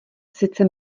sice